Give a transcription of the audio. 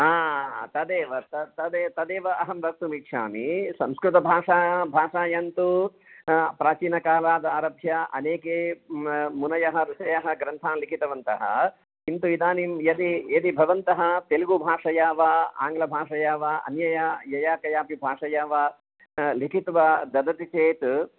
तदेव तदेव अहं वक्तुं इच्छामि संस्कृतभाषा भाषायान्तु प्राचीनकालादारभ्य अनेके मुनयः ऋषयः ग्रन्थान् लिखितवन्तः किन्तु इदानीं यदि यदि भवन्तः तेलुगुभाषया वा आङ्ग्लभाषया वा अन्यया यया कयापि भाषया वा लिखित्वा ददति चेत्